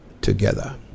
together